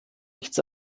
nichts